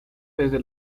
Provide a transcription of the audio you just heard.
desde